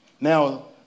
Now